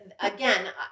Again